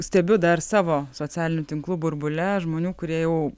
stebiu dar savo socialinių tinklų burbule žmonių kurie jau